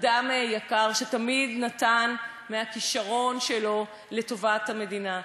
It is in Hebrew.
אדם יקר, שתמיד נתן מהכישרון שלו לטובת המדינה.